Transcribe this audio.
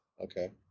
Okay